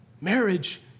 marriage